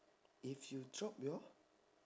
if you drop your